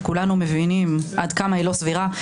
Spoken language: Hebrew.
שכולנו מבינים עד כמה היא לא סבירה,